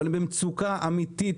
האנשים האלה במצוקה קשה ואמיתית,